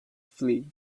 flee